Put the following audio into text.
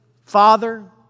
father